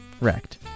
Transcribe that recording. wrecked